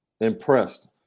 impressed